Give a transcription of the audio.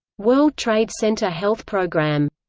world trade center health program